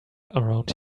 around